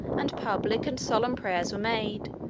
and public and solemn prayers were made,